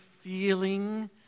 feeling